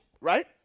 right